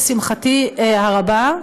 לשמחתי הרבה,